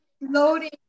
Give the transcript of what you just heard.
Loading